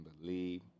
believe